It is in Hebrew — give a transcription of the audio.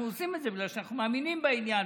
אנחנו עושים את זה בגלל שאנחנו מאמינים בעניין,